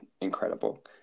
incredible